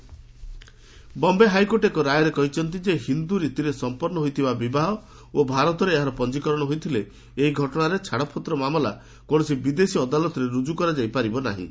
foreign court Hindu marriage Bombay high court ଏକ ରାୟରେ କହିଛନ୍ତି ଯେ ହିନ୍ଦୁ ରୀତିରେ ସଫପନ୍ନ ହୋଇଥିବା ବିବାହ ଓ ଭାରତରେ ଏହାର ପଞ୍ଜିକରଣ ହୋଇଥିଲେ ଏହି ଘଟଣାରେ ଛାଡ଼ପତ୍ର ମାମଲା କୌଣସି ବିଦେଶୀ ଅଦାଲତରେ ରୁଜୁ କରାଯାଇ ପାରିବ ନାହିଁ